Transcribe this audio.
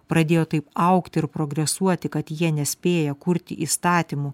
pradėjo taip augti ir progresuoti kad jie nespėja kurti įstatymų